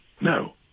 No